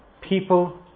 People